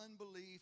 unbelief